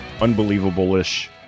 unbelievable-ish